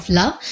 love